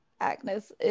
Agnes